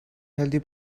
healthy